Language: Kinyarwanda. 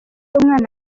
umwana